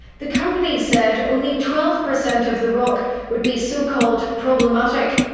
the company said only twelve percent of the rock would be so-called problematic.